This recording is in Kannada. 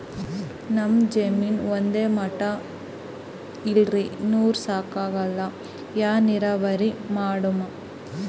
ನಮ್ ಜಮೀನ ಒಂದೇ ಮಟಾ ಇಲ್ರಿ, ನೀರೂ ಸಾಕಾಗಲ್ಲ, ಯಾ ನೀರಾವರಿ ಮಾಡಮು?